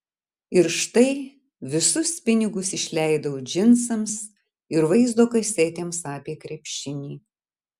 ir štai visus pinigus išleidau džinsams ir vaizdo kasetėms apie krepšinį